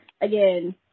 again